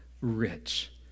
rich